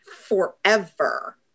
forever